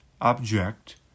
object